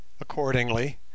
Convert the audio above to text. Accordingly